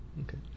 Okay